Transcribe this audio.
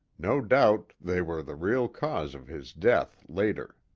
no doubt they were the real cause of his death later.